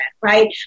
right